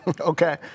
Okay